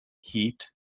Heat